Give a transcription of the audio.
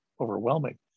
overwhelming